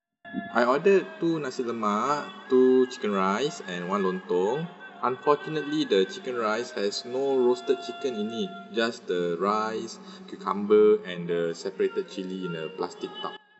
I ordered two nasi lemak two chicken rice and one lontong unfortunately the chicken rice has no roasted chicken in it just the rice cucumber and the separated chili in a plastic bag